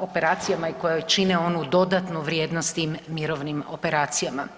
operacijama i koje čine onu dodatnu vrijednost tim mirovnim operacijama.